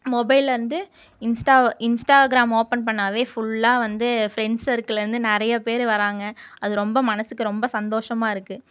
மொபைலிலேருந்து Insta Instagram open பண்ணிணாவே ஃபுல்லாக வந்து ஃபிரெண்ட்ஸ் சர்க்கிலேருந்து நிறையா பேர் வராங்க அது ரொம்ப மனதுக்கு ரொம்ப சந்தோஷமாக இருக்குது